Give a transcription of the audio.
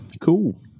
cool